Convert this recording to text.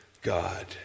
God